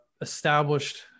established